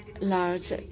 large